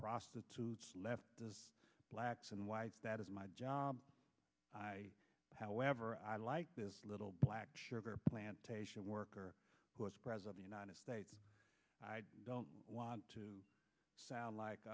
prostitutes the blacks and whites that is my job however i like this little black sugar plantation worker who was present the united states i don't want to sound like